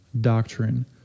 doctrine